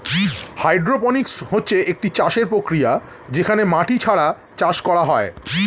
hydroponics হচ্ছে একটি চাষের প্রক্রিয়া যেখানে মাটি ছাড়া চাষ করা হয়